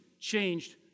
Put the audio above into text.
changed